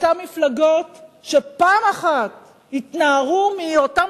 אותן מפלגות שפעם אחת יתנערו מאותן